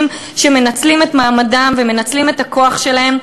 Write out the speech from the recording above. שמנצלים את מעמדם ומנצלים את הכוח שלהם.